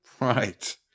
Right